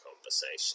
conversation